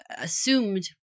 assumed